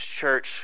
church